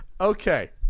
Okay